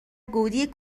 گودی